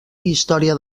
història